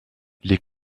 les